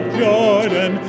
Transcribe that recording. jordan